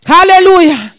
Hallelujah